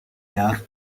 dwarf